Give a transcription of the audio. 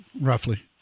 roughly